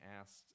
asked